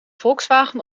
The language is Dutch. volkswagen